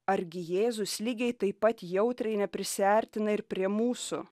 argi jėzus lygiai taip pat jautriai neprisiartina ir prie mūsų